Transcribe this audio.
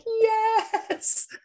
yes